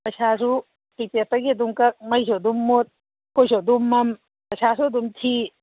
ꯄꯩꯁꯥꯁꯨ ꯄ꯭ꯔꯤꯄꯦꯠꯇꯒꯤ ꯑꯗꯨꯝ ꯀꯛ ꯃꯩꯁꯨ ꯑꯗꯨꯝ ꯃꯨꯠ ꯑꯩꯈꯣꯏꯁꯨ ꯑꯗꯨꯝ ꯃꯝ ꯄꯩꯁꯥꯁꯨ ꯑꯗꯨꯝ ꯊꯤ